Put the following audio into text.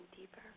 deeper